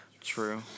true